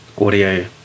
audio